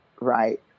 Right